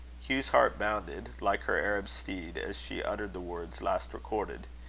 hugh's heart bounded, like her arab steed, as she uttered the words last recorded.